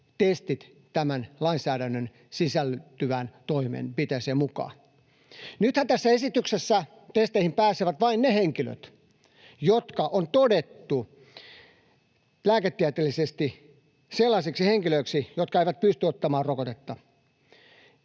testit tähän lainsäädäntöön sisältyvään toimenpiteeseen mukaan? Nythän tässä esityksessä testeihin pääsevät vain ne henkilöt, jotka on todettu lääketieteellisesti sellaisiksi henkilöiksi, jotka eivät pysty ottamaan rokotetta.